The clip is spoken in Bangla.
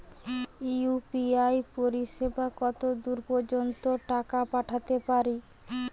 ইউ.পি.আই পরিসেবা কতদূর পর্জন্ত টাকা পাঠাতে পারি?